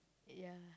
ya